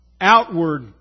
outward